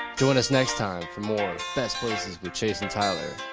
join us next time for more best places, with chase and tyler.